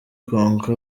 konka